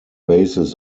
basis